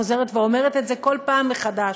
חוזרת ואומרת את זה כל פעם מחדש: